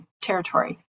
territory